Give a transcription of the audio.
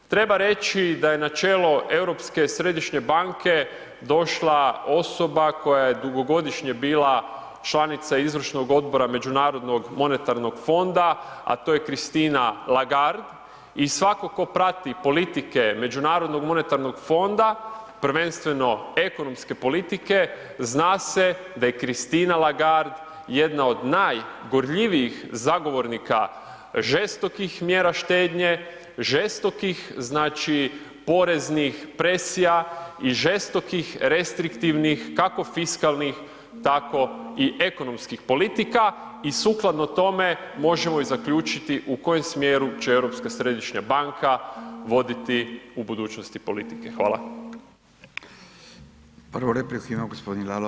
Treba reći da je na čelo Europske središnje banke došla osoba koja je dugogodišnje bila članica izvršnog odbora međunarodnog monetarnog fonda a to je Christine Lagarde i svatko tko prati politike MMF-a, prvenstveno ekonomske politike, zna se da je Christine Lagarde jedna od najgorljivijih zagovornika žestokih mjera štednje, žestokih poreznih presija i žestokih restriktivnih kako fiskalnih tako i ekonomskih politika i sukladno tome, možemo i zaključiti u kojem smjeru će Europska središnja banka voditi u budućnosti politike, hvala.